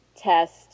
test